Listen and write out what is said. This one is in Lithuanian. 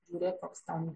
žiūrėk koks ten